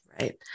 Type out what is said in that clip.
Right